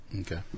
Okay